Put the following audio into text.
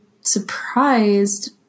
surprised